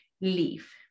leave